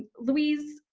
louise,